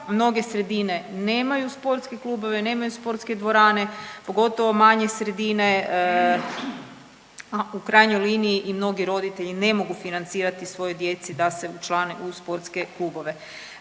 Mnoge sredine nemaju sportske klubove, nemaju sportske dvorane, pogotovo manje sredine, a u krajnjoj liniji i mnogi ne mogu financirati svojoj djeci da se učlane u sportske klubove.